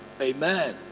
Amen